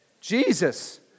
Jesus